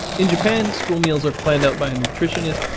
in japan, school meals are planned out by a nutritionist,